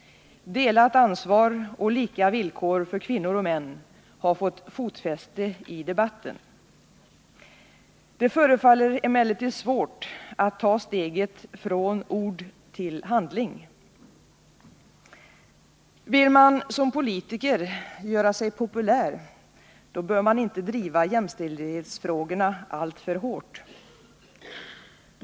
Delat ansvar och lika villkor för kvinnor och män är begrepp som har fått fotfäste i debatten. Det förefaller emellertid vara svårt att ta steget från ord till handling. Vill man som politiker göra sig populär, då bör man inte driva jämställdhetsfrågorna alltför hårt.